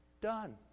Done